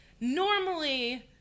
Normally